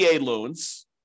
loans